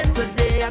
today